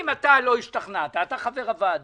אם אתה, חבר הוועדה,